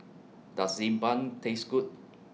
Does Xi Ban Taste Good